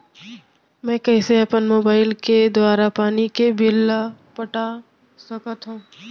मैं कइसे अपन मोबाइल के दुवारा पानी के बिल ल पटा सकथव?